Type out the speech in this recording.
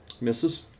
Misses